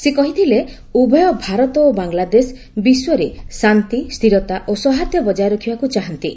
ସେ କହିଥିଲେ ଉଭୟ ଭାରତ ଓ ବାଙ୍ଗଲାଦେଶ ବିଶ୍ୱରେ ଶାନ୍ତି ସ୍ଥିରତା ଓ ସୌହାର୍ଦ୍ଦ୍ୟ ବଜାୟ ରଖିବାକୁ ଚାହାନ୍ତି